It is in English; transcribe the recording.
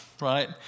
right